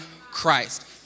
Christ